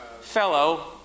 fellow